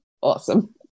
awesome